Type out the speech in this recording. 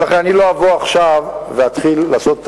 לכן אני לא אבוא עכשיו ואתחיל לעשות את